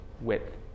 width